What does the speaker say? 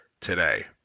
today